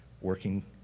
working